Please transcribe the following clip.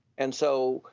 and so,